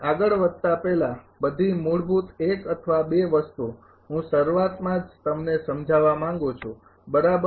આગળ વધતાં પહેલા બધી મૂળભૂત એક અથવા બે વસ્તુ હું શરૂઆતમાં જ તમને સમજાવવા માંગું છું બરાબર